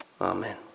Amen